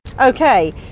Okay